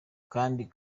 kandi